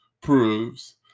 proves